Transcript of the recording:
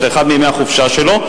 את אחד מימי החופשה שלו,